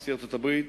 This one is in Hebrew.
נשיא ארצות-הברית,